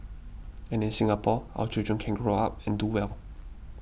and in Singapore our children can grow up and do well